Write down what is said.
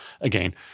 again